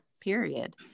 period